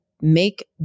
make